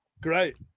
great